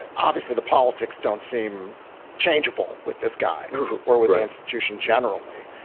and obviously the politics don't seem changeable with this guy or with the institution generally.